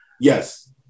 Yes